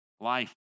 life